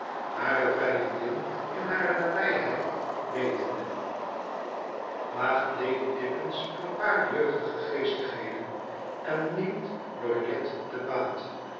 hare vijandin in hare nabijheid wetende waagt lady tippins een paar jeugdige geestigheden en neemt lorgnet te baat